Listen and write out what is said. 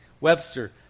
Webster